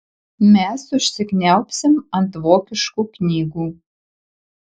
mes užsikniaubsim ant vokiškų knygų